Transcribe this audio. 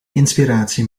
inspiratie